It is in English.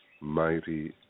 Mighty